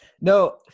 No